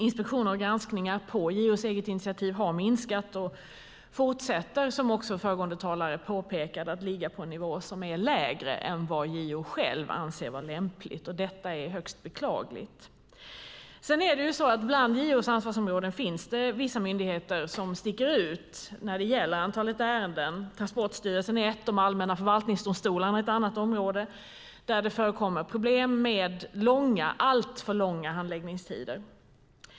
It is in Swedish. Inspektioner och granskningar på JO:s eget initiativ har minskat och fortsätter, som också föregående talare påpekade, att ligga på en nivå som är lägre än vad JO själv anser vara lämpligt. Detta är högst beklagligt. Bland JO:s ansvarsområden finns det vissa myndigheter som sticker ut när det gäller antalet ärenden. Transportstyrelsen är ett och de allmänna förvaltningsdomstolarna ett annat område där det förekommer problem med alltför långa handläggningstider.